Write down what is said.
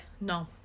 No